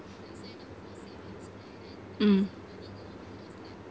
mm